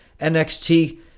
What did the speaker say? NXT